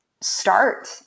start